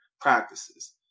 practices